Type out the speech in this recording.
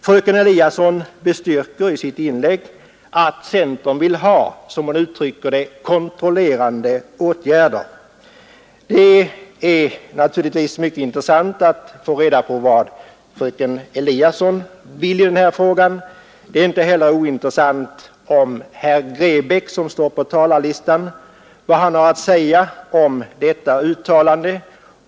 Fröken Eliasson styrkte i sitt inlägg att centerpartiet vill ha ”kontrollerande åtgärder” som hon uttryckte det. Det vore mycket intressant att få veta vad fröken Eliasson vill i denna fråga. Det är inte heller ointressant att få veta vad herr Grebäck, som står på talarlistan, har att säga om detta uttalande.